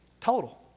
Total